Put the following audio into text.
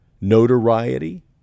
notoriety